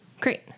Great